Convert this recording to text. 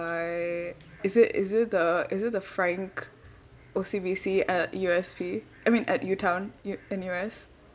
I is it is it the is it the frank O_C_B_C uh U_S_P I mean at U_town U N_U_S